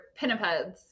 pinnipeds